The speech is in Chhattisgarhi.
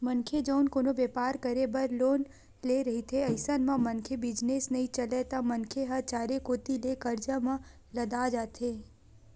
मनखे जउन कोनो बेपार करे बर लोन ले रहिथे अइसन म मनखे बिजनेस नइ चलय त मनखे ह चारे कोती ले करजा म लदा जाथे